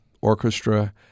Orchestra